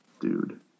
dude